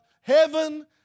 heaven